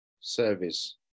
service